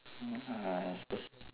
ah espec~